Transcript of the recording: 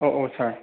औ औ सार